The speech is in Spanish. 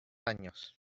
años